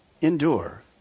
endure